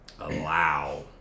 allow